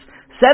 seven